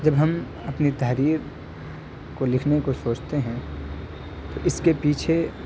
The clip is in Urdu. جب ہم اپنی تحریر کو لکھنے کو سوچتے ہیں تو اس کے پیچھے